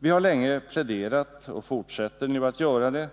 Vi har länge pläderat, och fortsätter nu att göra det,